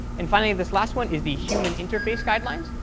and finally, this last one is the human interface guidelines,